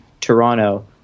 Toronto